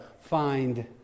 find